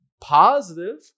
positive